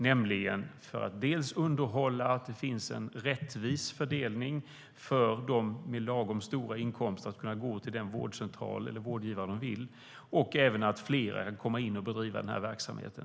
Det gäller dels att det finns en rättvis fördelning för att de med lagom stora inkomster ska kunna söka sig till den vårdgivare som de önskar, dels att flera, inte färre, kan bedriva verksamheten.